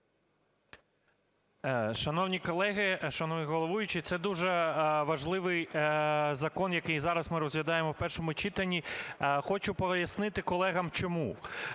Шановні колеги, шановний головуючий, це дуже важливий закон, який зараз ми розглядаємо в першому читанні. Хочу пояснити колегам чому.